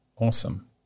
Awesome